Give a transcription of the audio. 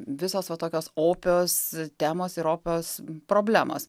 visos va tokios opios temos ir opios problemos